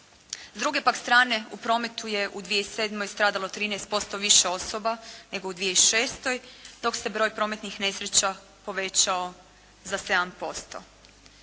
S druge pak strane u prometu je u 2007. stradalo 13% više osoba nego u 2006. dok se broj prometnih nesreća povećao za 7%.